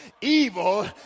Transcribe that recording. evil